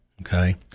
okay